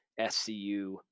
SCU